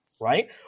Right